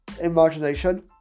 imagination